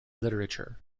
literature